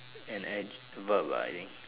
an adj verb ah I think